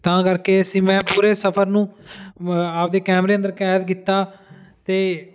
ਤਾਂ ਕਰਕੇ ਅਸੀਂ ਮੈਂ ਪੂਰੇ ਸਫਰ ਨੂੰ ਆਪਦੇ ਕੈਮਰੇ ਅੰਦਰ ਕੈਦ ਕੀਤਾ ਅਤੇ